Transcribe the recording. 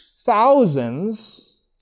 thousands